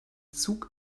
zug